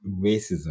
racism